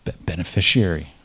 beneficiary